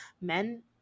Men